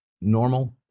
normal